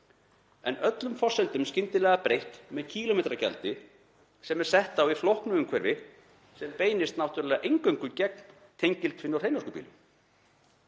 var öllum forsendum skyndilega breytt með kílómetragjaldi sem er sett á í flóknu umhverfi og beinist náttúrlega eingöngu gegn tengiltvinn- og hreinorkubílum.